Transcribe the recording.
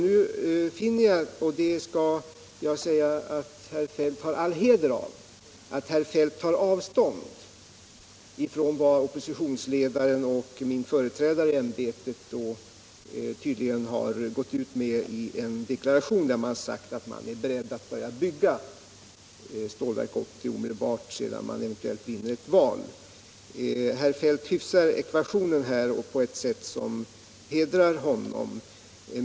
Nu finner jag att herr Feldt — och det har herr Feldt all heder av — tar avstånd från vad oppositionsledaren och min företrädare i ämbetet gått ut med i en deklaration, där man sagt att man är beredd att börja bygga Stålverk 80 omedelbart efter det att man vunnit ett val. Herr Feldt hyfsar ekvationen på ett sätt som hedrar honom.